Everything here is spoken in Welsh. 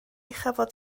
chafodd